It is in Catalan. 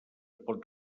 pot